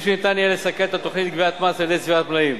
שניתן יהיה לסכן את התוכנית לגביית מס על-ידי צבירת מלאים.